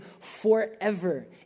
forever